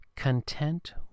Content